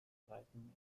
streiten